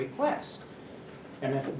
request and if